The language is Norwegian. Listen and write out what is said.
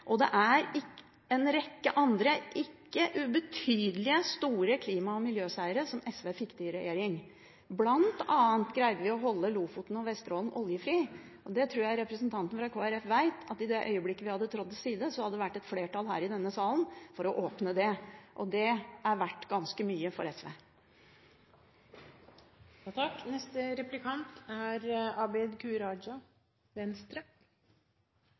og SV fikk til en rekke andre, ikke ubetydelige, store klima- og miljøseire i regjering. Vi greide bl.a. å holde Lofoten og Vesterålen oljefrie, og jeg tror representanten fra Kristelig Folkeparti vet at i det øyeblikket vi hadde trådt til side, hadde det vært et flertall her i denne salen for å åpne det – og det er verdt ganske mye for SV. Jeg er